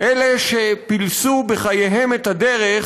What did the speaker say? אלה שפילסו בחייהם את הדרך